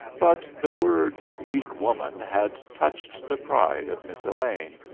but the words weak woman had touched the pride of miss elaine.